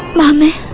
mama